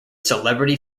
celebrity